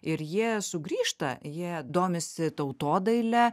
ir jie sugrįžta jie domisi tautodaile